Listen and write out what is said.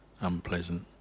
unpleasant